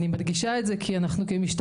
אני מדגישה את זה כי אנחנו כמשטרה